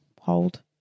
hold